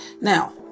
Now